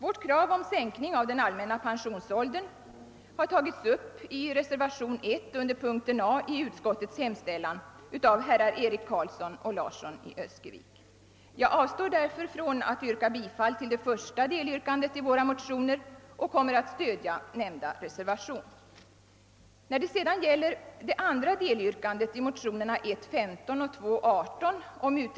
Vårt krav om sänkning av den allmänna pensionsåldern har tagits upp i reservationen 1 vid A i utskottets hemställan av herrar Eric Carlsson och Larsson i Öskevik. Jag avstår därför från att yrka bifall till det första delyrkandet i våra motioner I: 15 och II:18 och kommer att stödja nämnda reservation.